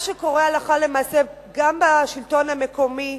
מה שקורה הלכה למעשה, גם בשלטון המקומי,